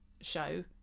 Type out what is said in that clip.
show